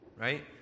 Right